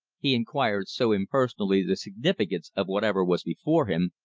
he inquired so impersonally the significance of whatever was before him,